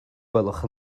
gwelwch